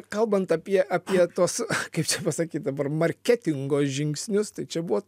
kalbant apie apie tuos kaip čia pasakyt dabar marketingo žingsnius tai čia buvo